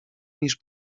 niż